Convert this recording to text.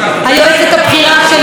היועצת הבכירה שלי,